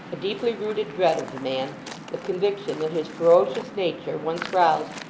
a deeply rooted dread of the man the conviction that his ferocious nature, once roused,